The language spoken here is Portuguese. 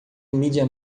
mídia